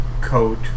coat